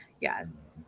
Yes